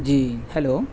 جی hello